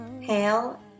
Hail